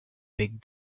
big